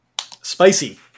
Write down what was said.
Spicy